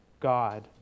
God